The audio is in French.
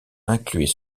incluait